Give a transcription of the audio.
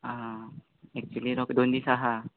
आं एक्चली रोकडे दोन दीस आसा